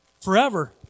Forever